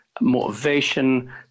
motivation